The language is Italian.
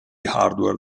hardware